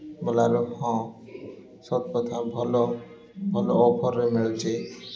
ବୋଇଲାରୁ ହଁ ସତ କଥା ଭଲ ଭଲ ଅଫର୍ରେ ମିଳୁଛି